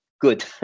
Good